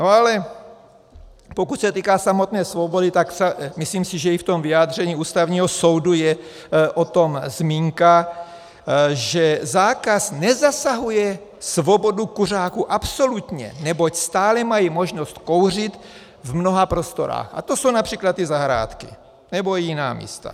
Ale pokud se týká samotné svobody, tak myslím, že i v tom vyjádření Ústavního soudu je o tom zmínka, že zákaz nezasahuje svobodu kuřáků absolutně, neboť stále mají možnost kouřit v mnoha prostorách, a to jsou např. ty zahrádky nebo i jiná místa.